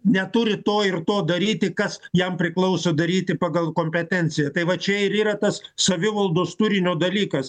neturi to ir to daryti kas jam priklauso daryti pagal kompetenciją tai va čia ir yra tas savivaldos turinio dalykas